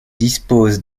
dispose